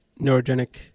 neurogenic